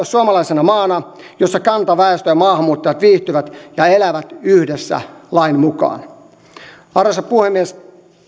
suomalaisena maana jossa kantaväestö ja maahanmuuttajat viihtyvät ja elävät yhdessä lain mukaan arvoisa puhemies